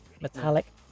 Metallic